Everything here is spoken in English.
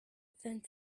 then